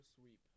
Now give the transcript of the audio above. sweep